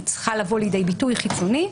היא צריכה לבוא לידי ביטוי חיצונית.